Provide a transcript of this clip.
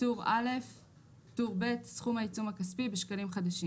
טור א'טור ב' סכום העיצום הכספי (בשקלים חדשים)